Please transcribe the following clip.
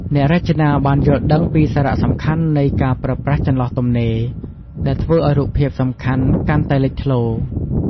អ្នករចនាបានយល់ដឹងពីសារៈសំខាន់នៃការប្រើប្រាស់ចន្លោះទំនេរ ដែលធ្វើឲ្យរូបភាពសំខាន់កាន់តែលេចធ្លោ។